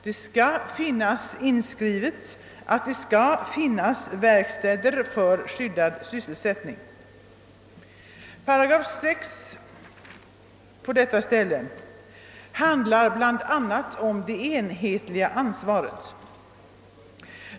Det skall finnas i lagen inskrivet att man skall ha verkstäder för skyddad sysselsättning. Vad beträffar 6 § handlar den bl a. om det enhetliga ansvaret.